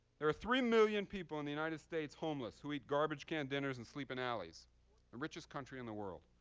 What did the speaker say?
there are three million people in the united states homeless who eat garbage-can dinners and sleep in alleys. the richest country in the world.